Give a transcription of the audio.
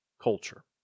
Culture